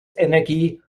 energie